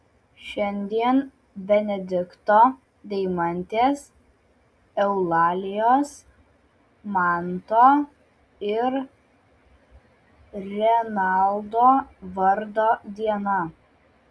šiandien benedikto deimantės eulalijos manto ir renaldo vardo diena